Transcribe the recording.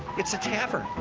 it's a tavern,